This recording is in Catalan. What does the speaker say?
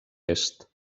est